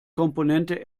komponente